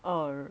orh